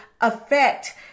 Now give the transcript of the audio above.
affect